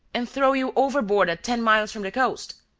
and throw you overboard at ten miles from the coast.